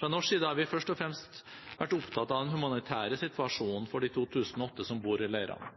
Fra norsk side har vi først og fremst vært opptatt av den humanitære situasjonen for de 2008 som bor i leirene.